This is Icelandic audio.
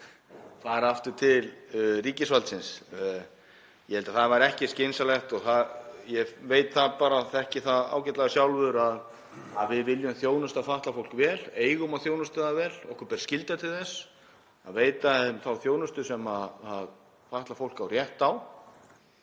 fari aftur til ríkisvaldsins. Ég held að það væri ekki skynsamlegt og ég veit það bara, þekki það ágætlega sjálfur, að við viljum þjónusta fatlað fólk vel, eigum að þjónusta það vel, okkur ber skylda til að veita þá þjónustu sem fatlað fólk á rétt á